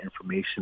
information